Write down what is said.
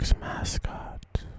Mascot